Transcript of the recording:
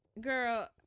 girl